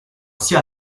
sia